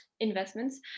investments